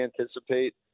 anticipate